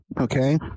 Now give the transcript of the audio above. okay